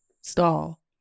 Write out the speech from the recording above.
stall